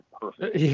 perfect